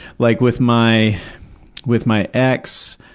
like, with my with my ex,